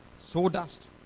Sawdust